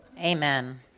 Amen